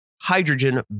hydrogen